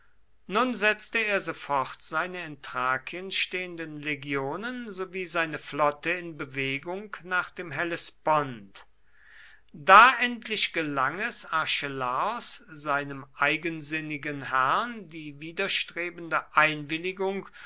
nun setzte er sofort seine in thrakien stehenden legionen sowie seine flotte in bewegung nach dem hellespont da endlich gelang es archelaos seinem eigensinnigen herrn die widerstrebende einwilligung